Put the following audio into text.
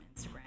Instagram